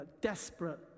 desperate